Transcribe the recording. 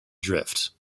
drift